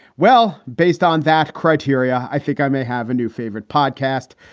well, based on that criteria, i think i may have a new favorite podcast.